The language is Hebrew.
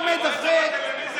נקי שלוש דקות, אל תדאג.